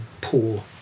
poor